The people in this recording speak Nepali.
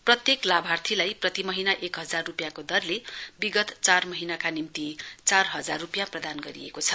प्रत्येक लाभार्थीहरूलाई प्रति महीना एक हजार रूपियाँको दरले विगत चार महीनाका निम्ति चार हजार रूपियाँ प्रदान गरियोको छ